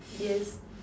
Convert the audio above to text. yes